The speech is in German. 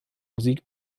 musik